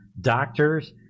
Doctors